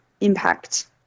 impact